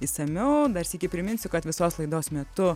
išsamiau dar sykį priminsiu kad visos laidos metu